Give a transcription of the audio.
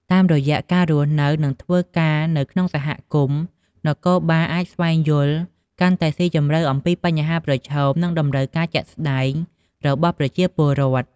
តាមរយៈ ការរស់នៅ និងធ្វើការនៅក្នុងសហគមន៍ នគរបាលអាចស្វែងយល់កាន់តែស៊ីជម្រៅអំពីបញ្ហាប្រឈម និងតម្រូវការជាក់ស្ដែងរបស់ប្រជាពលរដ្ឋ។